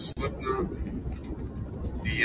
Slipknot